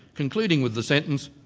concluding with the sentence,